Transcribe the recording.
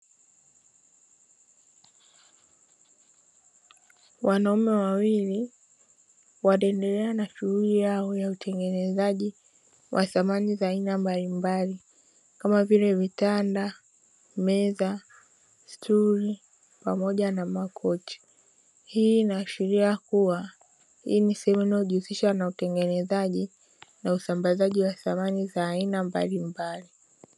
Wanaume wawili waliendelea na shughuli yao ya utengenezaji wa samani za aina mbalimbali kama vile vitanda ,meza, stuli pamoja na makochi. Hii inaashiria kuwa hii ni sehemu inayojihusisha na utengenezaji na usambazaji wa samani za aina mbalimbali.